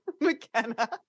McKenna